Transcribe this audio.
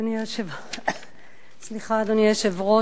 אדוני היושב-ראש,